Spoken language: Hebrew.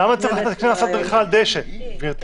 למה צריך לתת קנס על דריכה על דשא, גברתי?